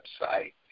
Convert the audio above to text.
website